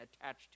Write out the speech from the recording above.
attached